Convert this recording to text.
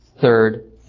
Third